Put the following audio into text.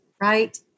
right